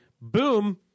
boom